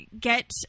get